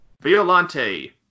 Violante